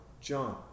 john